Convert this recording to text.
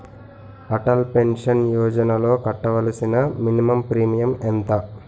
Atal pension యోజనలో కట్టవలసిన minimum premium ఎంత?